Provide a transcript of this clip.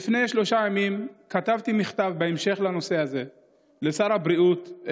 לפני שלושה ימים כתבתי מכתב לשר הבריאות,